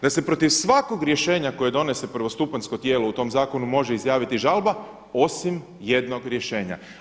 Da se protiv svakog rješenja koje donese prvostupanjsko tijelo u tom zakonu može izjaviti žalba osim jednog rješenja.